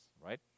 right